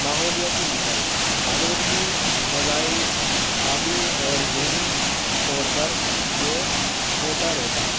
ماحولیتی مسائل آلودگی فضائی آبی اور ذہنی طور پر یہ ہوتا رہتا ہے